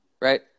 Right